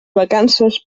vacances